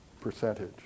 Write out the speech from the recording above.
percentage